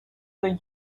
than